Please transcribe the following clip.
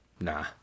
nah